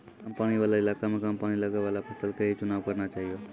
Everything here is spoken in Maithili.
कम पानी वाला इलाका मॅ कम पानी लगैवाला फसल के हीं चुनाव करना चाहियो